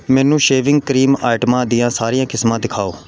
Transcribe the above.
ਮੈਨੂੰ shaving cream ਆਈਟਮਾਂ ਦੀਆਂ ਸਾਰੀਆਂ ਕਿਸਮਾਂ ਦਿਖਾਓ